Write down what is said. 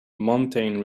mountain